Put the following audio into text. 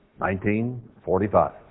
1945